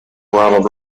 ronald